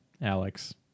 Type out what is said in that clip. Alex